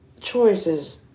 choices